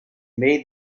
made